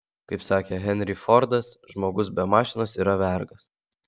kaip sakė henry fordas žmogus be mašinos yra vergas